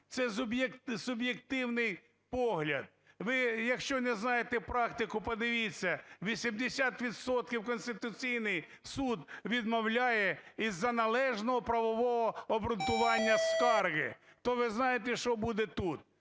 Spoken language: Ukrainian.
Це суб'єктивний погляд. Ви, якщо не знаєте практику, подивіться, 18 відсотків Конституційний Суд відмовляє із-за належного правового обґрунтування скарги. То ви знаєте, що буде тут?